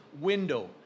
window